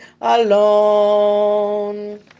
alone